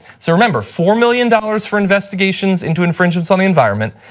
so remember, four million dollars for investigations into infringements on the environment,